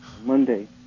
Monday